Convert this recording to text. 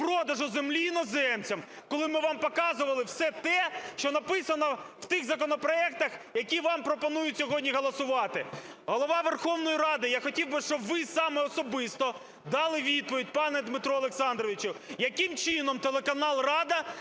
продажу землі іноземцям, коли ми вам показували все те, що написано в тих законопроектах, які вам пропонують сьогодні голосувати. Голова Верховної Ради, я хотів би, щоб ви саме особисто дали відповідь, пане Дмитро Олександровичу, яким чином телеканал "Рада"